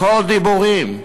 הכול דיבורים.